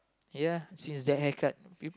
ya since that haircut